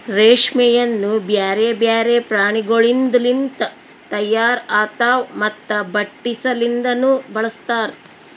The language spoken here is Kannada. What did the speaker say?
ರೇಷ್ಮೆಯನ್ನು ಬ್ಯಾರೆ ಬ್ಯಾರೆ ಪ್ರಾಣಿಗೊಳಿಂದ್ ಲಿಂತ ತೈಯಾರ್ ಆತಾವ್ ಮತ್ತ ಬಟ್ಟಿ ಸಲಿಂದನು ಬಳಸ್ತಾರ್